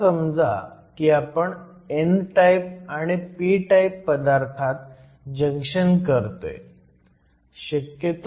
असं समजा की आपण n टाईप आणि p टाईप पदार्थात जंक्शन करतोय